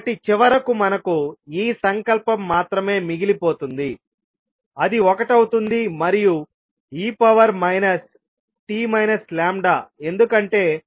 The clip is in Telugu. కాబట్టి చివరకు మనకు ఈ సంకల్పం మాత్రమే మిగిలిపోతుంది అది ఒకటి అవుతుంది మరియు e t ఎందుకంటే u1t0